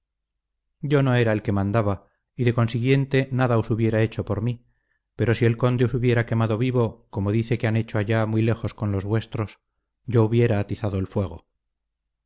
yo no era el que mandaba y de consiguiente nada os hubiera hecho por mí pero si el conde os hubiera quemado vivo como dice que han hecho allá muy lejos con los vuestros yo hubiera atizado el fuego